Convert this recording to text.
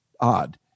odd